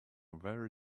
very